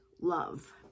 love